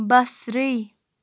بصری